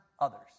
others